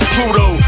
Pluto